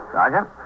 Sergeant